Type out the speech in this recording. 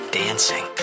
dancing